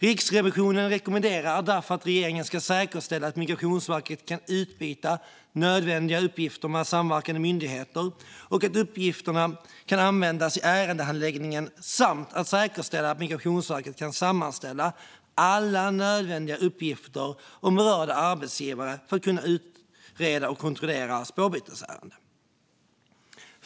Riksrevisionen rekommenderar att regeringen ska säkerställa att Migrationsverket kan utbyta nödvändiga uppgifter med samverkande myndigheter och att uppgifterna kan användas i ärendehandläggningen samt att Migrationsverket kan sammanställa alla nödvändiga uppgifter om berörda arbetsgivare för att kunna utreda och kontrollera spårbytesärenden.